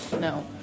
no